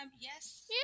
Yes